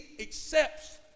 accepts